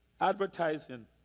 Advertising